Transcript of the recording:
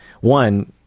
one